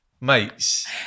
mates